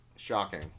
Shocking